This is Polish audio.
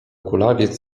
kulawiec